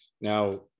now